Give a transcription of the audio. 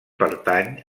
pertany